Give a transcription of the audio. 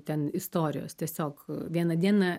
ten istorijos tiesiog vieną dieną